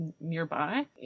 nearby